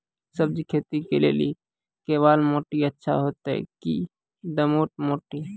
सब्जी खेती के लेली केवाल माटी अच्छा होते की दोमट माटी?